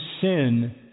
sin